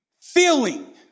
feeling